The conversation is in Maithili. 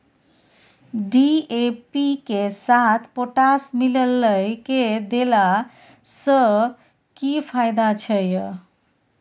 डी.ए.पी के साथ पोटास मिललय के देला स की फायदा छैय?